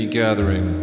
gathering